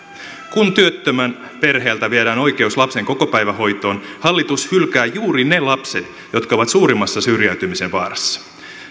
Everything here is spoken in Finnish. kun työttömän perheeltä viedään oikeus lapsen kokopäivähoitoon hallitus hylkää juuri ne lapset jotka ovat suurimmassa syrjäytymisen vaarassa